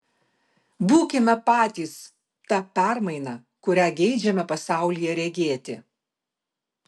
būkime patys ta permaina kurią geidžiame pasaulyje regėti